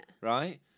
right